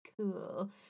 cool